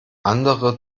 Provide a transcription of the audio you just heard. andere